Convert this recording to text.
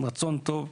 עם רצון טוב,